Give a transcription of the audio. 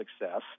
success